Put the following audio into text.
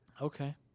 Okay